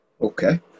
Okay